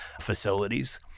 facilities